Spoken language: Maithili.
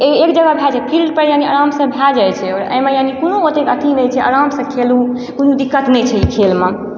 ई एक जगह भए जाइ फील्ड पर यानि आरामसँ भए जाइ छै आओर एहिमे यानि कोनो एते अथी नहि छै आरामसँ खेलू कोनो दिक्कत नहि छै ई खेलमे